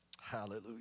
Hallelujah